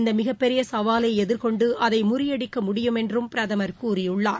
இந்தமிகப் பெரியசவாலைஎதிர்கொண்டுஅதைமுறியடிக்க முடியும் என்றும் மக்களால் பிரதமர் கூறியுள்ளார்